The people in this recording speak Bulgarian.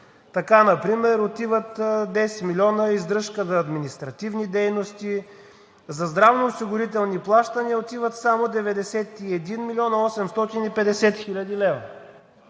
Така например отиват 10 милиона издръжка за административни дейности. За здравноосигурителни плащания отиват само 91 млн. 850 хил. лв.